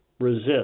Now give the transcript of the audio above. resist